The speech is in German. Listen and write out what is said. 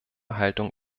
haltung